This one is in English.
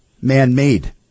man-made